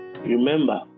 Remember